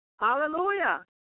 Hallelujah